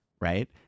Right